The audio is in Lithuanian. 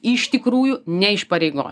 iš tikrųjų ne iš pareigos